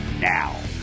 now